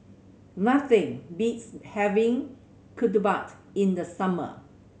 nothing beats having ketupat in the summer